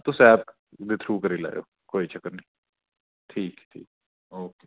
तुस ऐप दे थ्रू करी लैएओ कोई चक्कर निं ठीक ठीक ओके ओके